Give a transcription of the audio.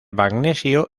magnesio